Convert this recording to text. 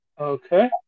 Okay